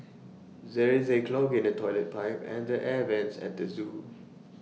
there is A clog in the Toilet Pipe and the air Vents at the Zoo